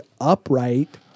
upright